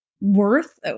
worth